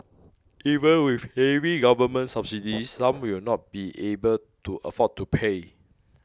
even with heavy government subsidies some will not be able to afford to pay